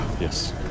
yes